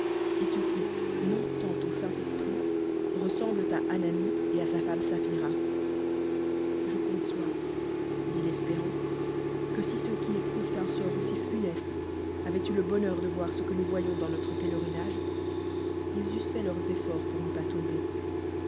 et ceux qui mentant au saint-esprit ressemblent ananie et à sa femme saphira je conçois dit l'espérant que si ceux qui éprouvent un sort aussi fu este avoient eu le bonheur de voir ce que nous yons dans notre pélerinage ils eussent fait leurs efforts pour n'y pas tomber